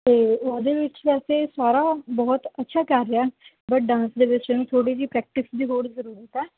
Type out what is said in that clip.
ਅਤੇ ਉਹਦੇ ਵਿੱਚ ਵੈਸੇ ਸਾਰਾ ਬਹੁਤ ਅੱਛਾ ਕਰ ਰਿਹਾ ਬਟ ਡਾਂਸ ਦੇ ਵਿੱਚ ਥੋੜ੍ਹੀ ਜਿਹੀ ਪ੍ਰੈਕਟਿਸ ਦੀ ਹੋਰ ਜ਼ਰੂਰਤ ਹੈ